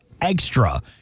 extra